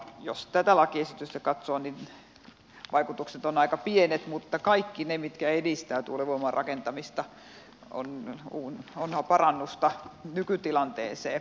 jos tätä lakiesitystä katsoo niin vaikutukset ovat aika pienet mutta kaikki ne mitkä edistävät tuulivoiman rakentamista ovat parannusta nykytilanteeseen